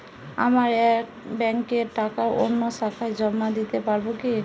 আমার এক ব্যাঙ্কের টাকা অন্য শাখায় জমা দিতে পারব কি?